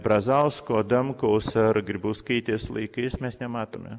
brazausko adamkaus ar grybauskaitės laikais mes nematome